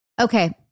Okay